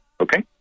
okay